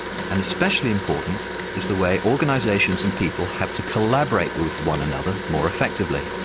and especially important is the way organisations and people have to collaborate with one another more effectively.